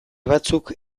batzuk